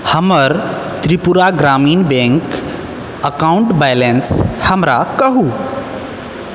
हमर Tripura Gramin bank account balance हमरा कहू